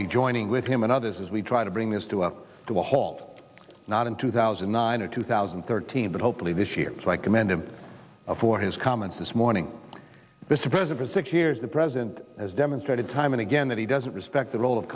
be joining with him and others as we try to bring these two up to a halt not in two thousand and nine or two thousand and thirteen but hopefully this year so i commend him for his comments this morning this present for six years the president has demonstrated time and again that he doesn't respect the role of